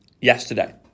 yesterday